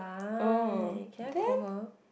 oh then